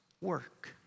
work